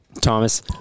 Thomas